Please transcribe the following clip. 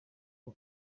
iyo